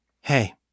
Hey